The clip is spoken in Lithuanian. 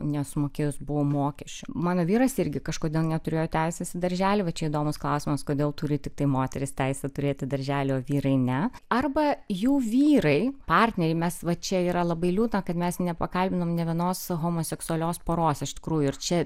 nesumokėjus buvau mokesčių mano vyras irgi kažkodėl neturėjo teisės į darželį vat čia įdomus klausimas kodėl turi tiktai moterys teisę turėti darželį vyrai ne arba jų vyrai partneriai mes va čia yra labai liūdna kad mes nepakalbinom nė vienos homoseksualios poros iš tikrųjų ir čia